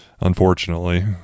Unfortunately